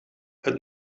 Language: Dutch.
het